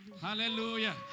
Hallelujah